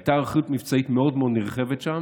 הייתה היערכות מבצעית מאוד מאוד נרחבת שם,